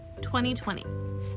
2020